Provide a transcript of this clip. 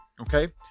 Okay